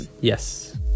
Yes